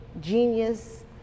genius